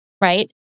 right